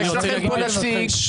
יש לכם פה נציג,